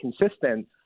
consistent